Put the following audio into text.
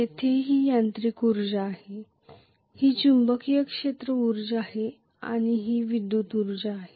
जेथे ही यांत्रिक ऊर्जा आहे ही चुंबकीय क्षेत्र ऊर्जा आहे आणि ही विद्युत ऊर्जा आहे